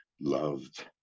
loved